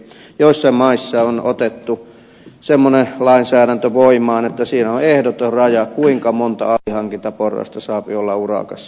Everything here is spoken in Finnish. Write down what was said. joissain maissa on otettu semmoinen lainsäädäntö voimaan että siinä on ehdoton raja kuinka monta alihankintaporrasta saa olla urakassa